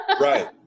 Right